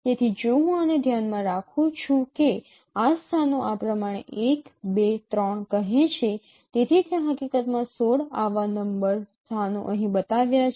તેથી જો હું આને ધ્યાનમાં રાખું છું કે આ સ્થાનો આ પ્રમાણે 1 2 3 કહે છે તેથી ત્યાં હકીકતમાં 16 આવા નંબર સ્થાનો અહીં બતાવ્યા છે